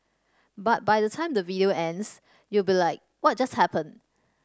but by the time the video ends you'll be like what just happened